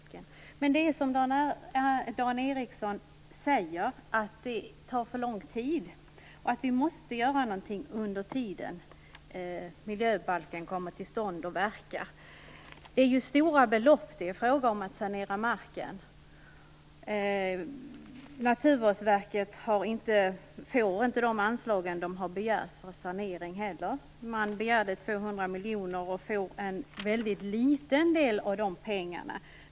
Men det är som Dan Ericsson säger: Det tar för lång tid, och vi måste göra någonting under tiden fram till dess att miljöbalken kommer till stånd och börjar verka. Det är stora belopp det är fråga om när det gäller att sanera marken. Naturvårdsverket får inte de anslag man har begärt för sanering. Man begärde 200 miljoner och får en väldigt liten del av de pengarna.